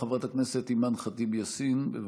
חברת הכנסת אימאן ח'טיב יאסין, בבקשה.